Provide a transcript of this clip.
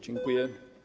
Dziękuję.